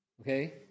Okay